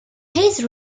his